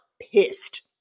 pissed